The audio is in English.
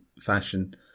fashion